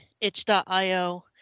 Itch.io